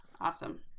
Awesome